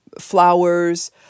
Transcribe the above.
flowers